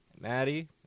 Maddie